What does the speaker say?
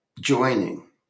joining